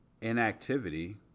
inactivity